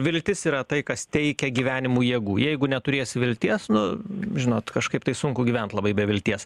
viltis yra tai kas teikia gyvenimui jėgų jeigu neturėsi vilties nu žinot kažkaip tai sunku gyvent labai be vilties